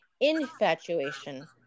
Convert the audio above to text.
infatuation